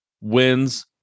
Wins